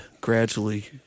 gradually